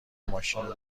ماشینو